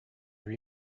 your